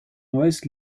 neues